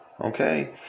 okay